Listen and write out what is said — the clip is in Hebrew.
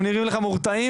הם נראים לך מורתעים?